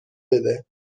بده